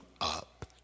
up